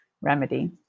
remedy